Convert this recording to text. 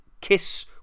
Kiss